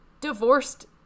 divorced